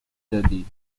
دادی